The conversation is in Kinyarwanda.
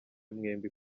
mwembi